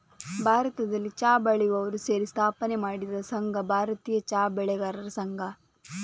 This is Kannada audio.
ಭಾರತದಲ್ಲಿ ಚಾ ಬೆಳೆಯುವವರು ಸೇರಿ ಸ್ಥಾಪನೆ ಮಾಡಿದ ಸಂಘ ಭಾರತೀಯ ಚಾ ಬೆಳೆಗಾರರ ಸಂಘ